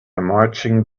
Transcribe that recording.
marching